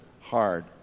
hard